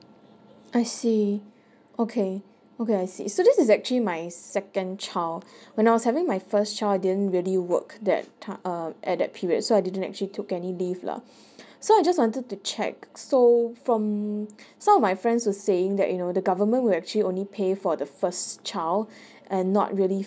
I see okay okay I see so this is actually my second child when I was having my first child I didn't really work that time uh at that period so I didn't actually took any leave lah so I just wanted to check so we from some of my friends were saying that you know the government will actually only pay for the first child and not really